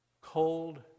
cold